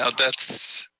ah that's